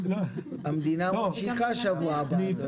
המדינה ממשיכה שבוע הבא, אתה יודע.